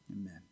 Amen